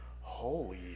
holy